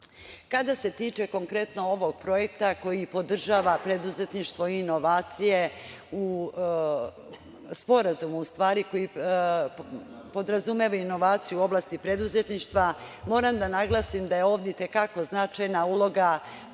se tiče konkretno ovog projekta koji podržava preduzetništvo i inovacije, Sporazuma, u stvari, koji podrazumeva inovacije u oblasti preduzetništva, moram da naglasim da je ovde i te kako značajna uloga